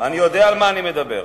אני יודע על מה אני מדבר.